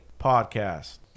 podcast